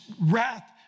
wrath